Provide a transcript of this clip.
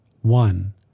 one